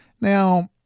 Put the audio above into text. Now